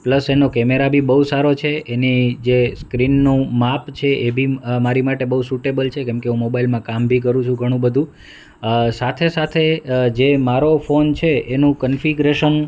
plus એનો camera બી બહુ સારો છે એની જે સ્ક્રીનનું માપ છે એ બી મારી માટે બહુ સ્યુટેબલ છે કેમ કે મોબાઈલમાં કામ બી કરું છું ઘણું બધું સાથે સાથે જે મારો ફોન છે એનું કોન્ફીગ્રેશન